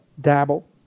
dabble